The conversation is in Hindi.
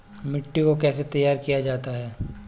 मिट्टी को कैसे तैयार किया जाता है?